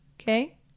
Okay